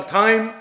time